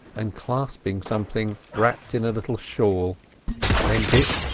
and clasping something wrapped in a little shawl then dick,